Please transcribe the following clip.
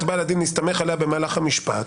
בעל הדין להסתמך עליה במהלך המשפט